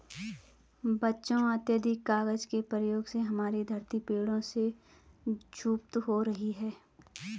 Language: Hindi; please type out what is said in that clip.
बच्चों अत्याधिक कागज के प्रयोग से हमारी धरती पेड़ों से क्षुब्ध हो रही है